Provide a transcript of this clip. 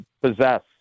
possess